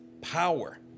power